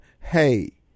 hey